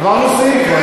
עברנו סעיף.